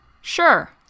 sure